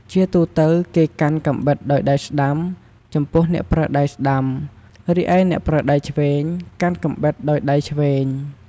ជាទូទៅ គេកាន់កាំបិតដោយដៃស្តាំ ចំពោះអ្នកប្រើដៃស្ដាំ រីឯអ្នកប្រើដៃឆ្វេង កាន់កាំបិតដោយដៃឆ្វេង។